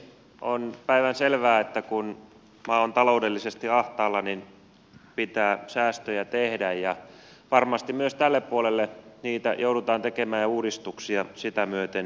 on päivänselvää että kun maa on taloudellisesti ahtaalla niin pitää säästöjä tehdä ja varmasti myös tälle puolelle niitä joudutaan tekemään ja uudistuksia sitä myöten myös